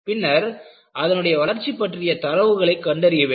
பின்னர் அதனுடைய வளர்ச்சி பற்றிய தரவுகளை கண்டறிய வேண்டும்